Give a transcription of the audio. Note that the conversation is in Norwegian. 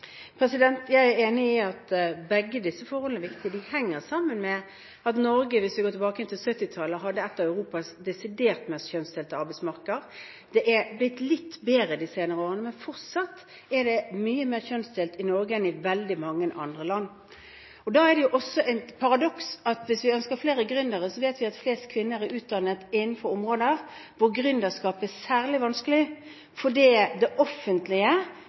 enig i at begge disse forholdene er viktige. De henger sammen med at Norge, hvis vi går tilbake til 1970-tallet, hadde et av Europas desidert mest kjønnsdelte arbeidsmarkeder. Det er blitt litt bedre de senere årene, men fortsatt er det mye mer kjønnsdelt i Norge enn i veldig mange andre land. Da er det også et paradoks at samtidig som vi ønsker flere gründere, vet vi at flest kvinner er utdannet innenfor områder der gründerskapet er særlig vanskelig, fordi det offentlige er den største etterspørreren etter ideer og løsninger og i tillegg driver det